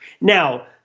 Now